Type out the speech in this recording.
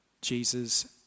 Jesus